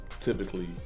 typically